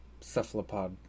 cephalopod